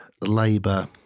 Labour